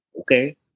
okay